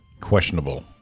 questionable